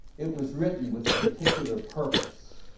it was written with a particular purpose,